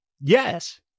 yes